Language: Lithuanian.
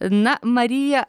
na marija